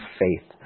faith